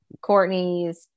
Courtney's